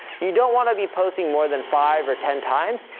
you don't wanna be posting more than five or ten times.